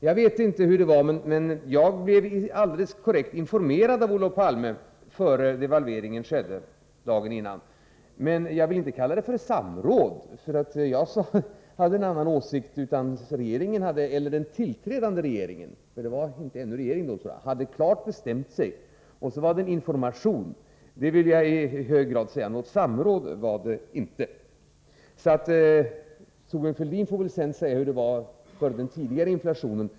Jag vet inte hur det var, men jag blev alldeles korrekt informerad av Olof Palme dagen innan devalveringen genomfördes. Men jag vill inte kalla det för samråd. Jag hade en annan åsikt än den tillträdande regeringen — jag tror inte att regeringen hade bildats ännu — som helt klart hade bestämt sig. Det var information, det vill jag i hög grad understryka. Något samråd var det inte. Thorbjörn Fälldin får sedan säga hur det var före den tidigare devalveringen.